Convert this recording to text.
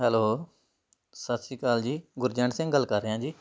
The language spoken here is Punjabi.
ਹੈਲੋ ਸਤਿ ਸ਼੍ਰੀ ਅਕਾਲ ਜੀ ਗੁਰਜੰਟ ਸਿੰਘ ਗੱਲ ਕਰ ਰਿਹਾ ਜੀ